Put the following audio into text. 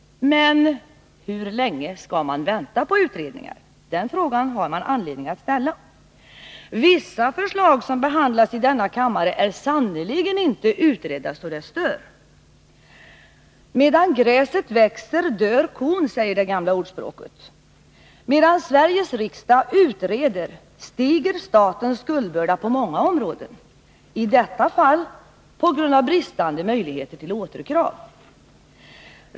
Men hur länge skall man vänta på utredningar? Den frågan har man anledning att ställa. Vissa förslag som behandlas i denna kammare är sannerligen inte utredda så att det stör. ”Medan gräset gror dör kon”, säger det gamla ordspråket. Medan Sveriges riksdag utreder stiger statens skuldbörda på många områden — i detta fall på grund av bristande möjligheter till återkrav.